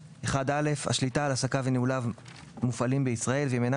(1א) השליטה על עסקיו וניהולם מופעלים בישראל,